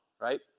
right